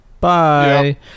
Bye